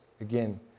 Again